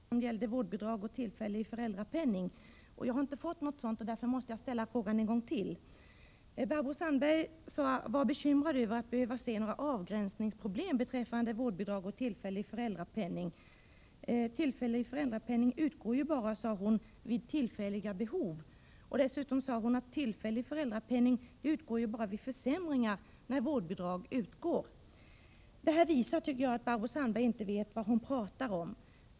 Herr talman! Jag blev i den förra debatten utlovad ett svar från folkpartiet beträffande vårdbidrag och tillfällig föräldrapenning. Eftersom jag inte har fått något svar, vill jag ställa frågan på nytt. Barbro Sandberg var bekymrad över att behöva se avgränsningsproblem beträffande vårdbidrag och tillfällig föräldrapenning. Tillfällig föräldrapenning utgår ju bara, sade hon, vid tillfälliga behov. Dessutom sade hon att tillfällig föräldrapenning ju bara utgår vid försämringar när vårdbidrag utgår. Det här visar, enligt min mening, att Barbro Sandberg inte vet vad hon talar om.